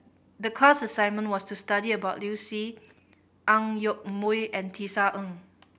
the class assignment was to study about Liu Si Ang Yoke Mooi and Tisa Ng